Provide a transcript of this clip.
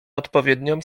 odpowiednią